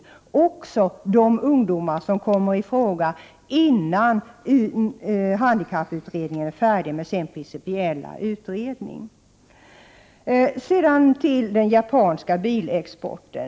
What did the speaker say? Detta måste gälla även för de ungdomar som kommer i fråga innan handikapputredningen är färdig med sin principiella utredning. Sedan till frågan om den japanska bilexporten.